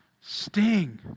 Sting